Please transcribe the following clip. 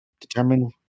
Determine